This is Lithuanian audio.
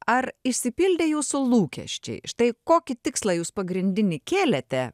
ar išsipildė jūsų lūkesčiai štai kokį tikslą jūs pagrindinį kėlėte